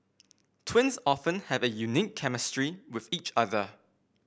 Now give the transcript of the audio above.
twins often have a unique chemistry with each other